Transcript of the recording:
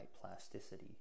plasticity